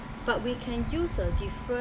but we can use a different